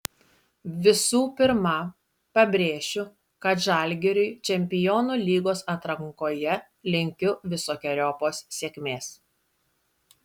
visų pirma pabrėšiu kad žalgiriui čempionų lygos atrankoje linkiu visokeriopos sėkmės